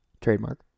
Trademark